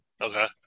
Okay